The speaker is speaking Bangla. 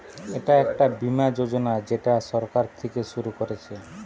এটা একটা বীমা যোজনা যেটা সরকার থিকে শুরু করছে